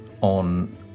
on